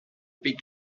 big